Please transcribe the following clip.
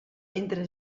entre